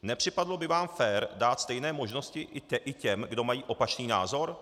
Nepřipadlo by vám fér dát stejné možnosti i těm, kdo mají opačný názor?